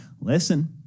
Listen